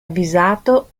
avvisato